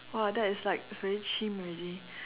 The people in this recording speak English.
!wah! that is like very cheem already